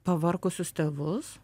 pavargusius tėvus